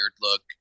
look